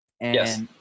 Yes